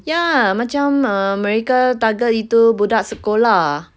ya macam uh mereka target itu budak sekolah